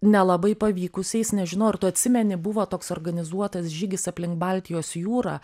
nelabai pavykusiais nežinau ar tu atsimeni buvo toks organizuotas žygis aplink baltijos jūrą